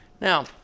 Now